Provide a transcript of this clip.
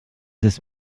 ist